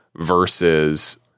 versus